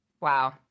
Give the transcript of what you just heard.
Wow